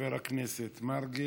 חבר הכנסת מרגי.